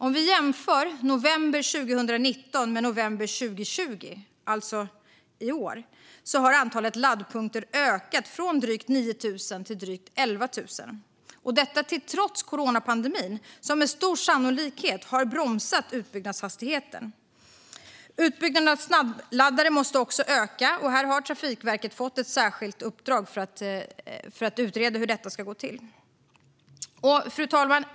Om vi jämför november 2019 med november 2020, alltså i år, har antalet laddpunkter ökat från drygt 9 000 till drygt 11 000 - detta trots coronapandemin, som med stor sannolikhet har bromsat utbyggnadshastigheten. Utbyggnaden av snabbladdare måste också öka. Här har Trafikverket fått ett särskilt uppdrag att utreda hur detta ska gå till. Fru talman!